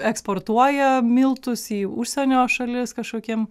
eksportuoja miltus į užsienio šalis kažkokiem